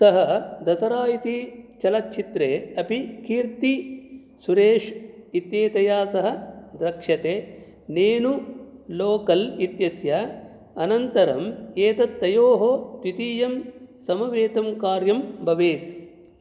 सः दसरा इति चलच्चित्रे अपि कीर्तिः सुरेशः इत्येतया सह द्रक्ष्यते नेनु लोकल् इत्यस्य अनन्तरम् एतत् तयोः द्वितीयं समवेतं कार्यं भवेत्